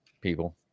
people